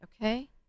okay